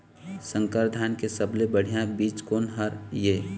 संकर धान के सबले बढ़िया बीज कोन हर ये?